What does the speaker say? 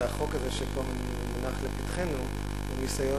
והחוק הזה שפה מונח לפתחנו הוא ניסיון